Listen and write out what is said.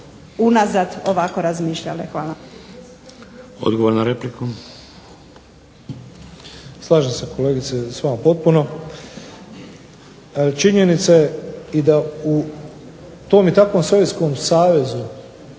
Odgovor na repliku. **Matušić, Frano (HDZ)** Slažem se kolegice s vama potpuno. Činjenica je i da u tom i takvom Sovjetskom savezu,